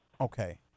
Okay